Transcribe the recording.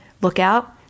lookout